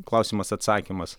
klausimas atsakymas